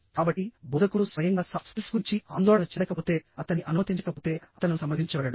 కాబట్టి బోధకుడు స్వయంగా సాఫ్ట్ స్కిల్స్ గురించి ఆందోళన చెందకపోతేఅతన్ని అనుమతించకపోతే అతను సమర్థించబడడు